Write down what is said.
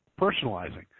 personalizing